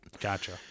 gotcha